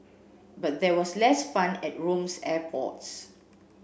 but there was less fun at Rome's airports